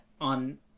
on